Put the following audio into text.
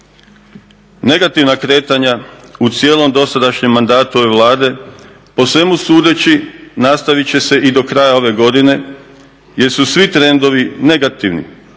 Negativna kretanja u cijelom dosadašnjem mandatu ove Vlade po svemu sudeći nastavit će se i do kraja ove godine jer su svi trendovi negativni.